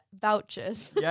vouchers